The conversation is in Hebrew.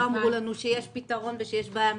אמרו לנו שיש פתרון ושיש בעיה משפטית.